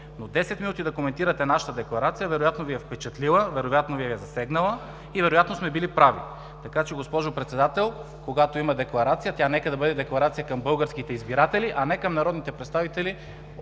Но 10 минути да коментирате нашата декларация, вероятно Ви е впечатлила, вероятно Ви е засегнала и вероятно сме били прави. Така че, госпожо Председател, когато има декларация, тя нека да бъде декларация към българските избиратели, а не към народните представители,